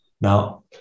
now